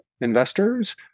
investors